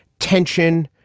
tension?